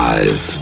Five